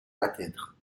atteindre